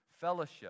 fellowship